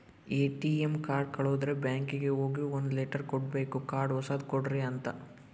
ATM card ಕಳುದ್ರೆ ಬ್ಯಾಂಕಿಗೆ ಹೋಗಿ ಒಂದ್ ಲೆಟರ್ ಕೊಡ್ಬೇಕು ಕಾರ್ಡ್ ಹೊಸದ ಕೊಡ್ರಿ ಅಂತ